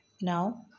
Now